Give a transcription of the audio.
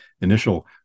initial